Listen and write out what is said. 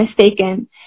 mistaken